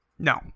No